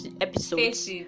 episodes